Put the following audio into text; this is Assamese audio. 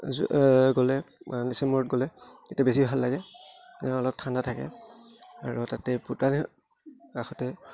গ'লে ডিচেম্বৰত গ'লে তেতিয়া বেছি ভাল লাগে অলপ ঠাণ্ডা থাকে আৰু তাতে পুটানীৰ কাষতে